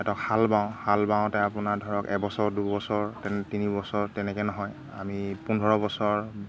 সিহঁতক হাল বাওঁ হাল বাওঁতে আপোনাৰ ধৰক এবছৰ দুবছৰ তিনিবছৰ তেনেকৈ নহয় আমি পোন্ধৰ বছৰ